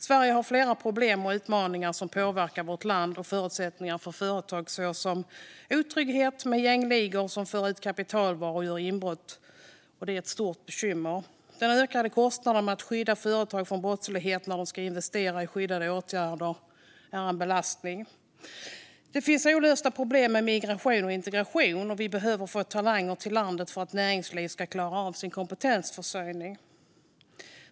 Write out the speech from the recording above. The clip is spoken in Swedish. Sverige har flera problem och utmaningar som påverkar vårt land och förutsättningar för företag, till exempel otrygghet med gängligor som för ut kapitalvaror och gör inbrott. Det är ett stort bekymmer. De ökade kostnaderna för att skydda företag mot brottslighet när de ska investera i skyddande åtgärder är en belastning. Det finns olösta problem med migration och integration, och vi behöver få talanger till landet för att näringslivet ska klara av sin kompetensförsörjning.